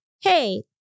hey